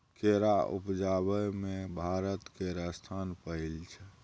केरा उपजाबै मे भारत केर स्थान पहिल छै